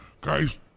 Guy's